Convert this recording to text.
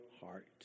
heart